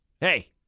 Hey